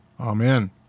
Amen